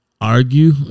argue